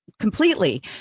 completely